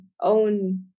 own